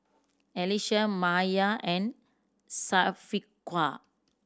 Alyssa Maya and Syafiqah